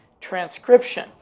transcription